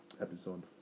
episode